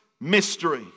mystery